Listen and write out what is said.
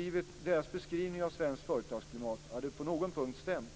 Om deras beskrivning av svenskt företagsklimat på någon punkt hade stämt,